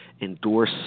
endorse